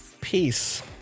Peace